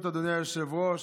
ברשות אדוני היושב-ראש,